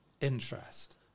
interest